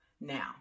Now